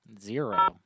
Zero